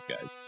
guys